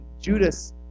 Judas